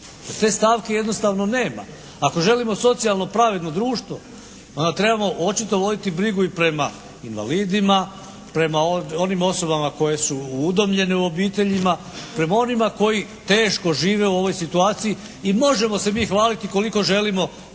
Te stavke jednostavno nema. Ako želimo socijalno pravedno društvo onda trebamo očito voditi brigu i prema invalidima, prema onim osobama koje su udomljene u obiteljima. Prema onima koji teško žive u ovoj situaciji i možemo se mi hvaliti koliko želimo